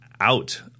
out